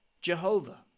Jehovah